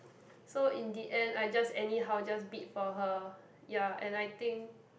so in the end I just anyhow just bid for her ya and I think